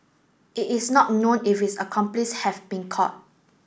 it is not known if his accomplice have been caught